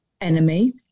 enemy